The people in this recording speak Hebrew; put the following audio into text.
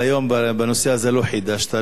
בנושא הזה לא חידשת לי,